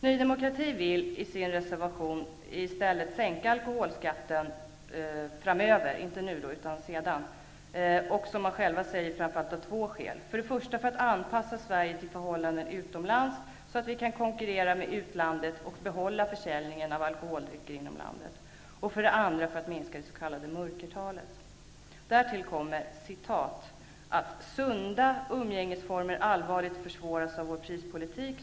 Ny demokrati vill i sin reservation i stället sänka alkoholskatten framöver -- alltså inte nu utan sedan -- och det, som man själv säger, framför allt av två skäl: för det första för att anpassa Sverige till förhållandena utomlands, så att vi kan konkurrera med utlandet och behålla försäljningen av alkoholdrycker inom landet, och för det andra för att minska det s.k. mörkertalet. ''Därtill kommer'', säger man, ''att sunda umgängesformer allvarligt försvåras av vår prispolitik.